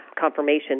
confirmation